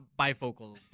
bifocal